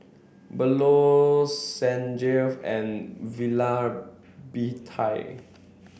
Bellur Sanjeev and Vallabhbhai